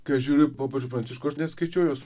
kai aš žiūriu popiežių pranciškų aš neskaičiau jos